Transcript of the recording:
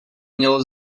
mělo